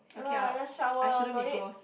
okay I'll I shouldn't be gross